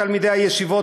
תלמידי הישיבות,